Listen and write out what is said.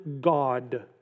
God